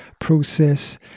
process